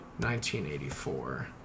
1984